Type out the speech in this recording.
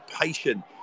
patient